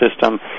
system